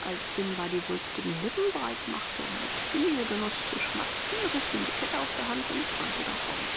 als simba die wulstigen lippen breit machte um mit viel genuß zu schmatzen riß sie ihm die kette aus der hand und rannte davon